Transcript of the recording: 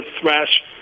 thrash